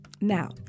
Now